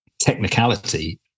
technicality